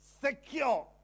Secure